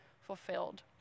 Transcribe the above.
fulfilled